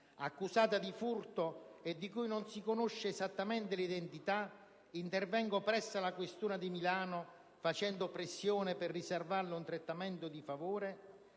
accusata di furto e di cui non si conosce esattamente l'identità si intervenga presso la questura di Milano facendo pressione per riservarle un trattamento di favore?